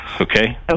okay